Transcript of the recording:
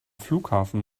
flughafen